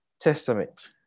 Testament